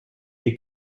les